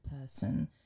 person